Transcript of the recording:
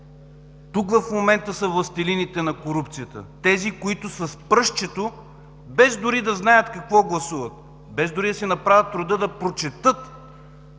Тук в момента са властелините на корупцията – тези, които с пръстчето, без дори да знаят какво гласуват, без дори да си направят труда да прочетат,